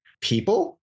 people